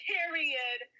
Period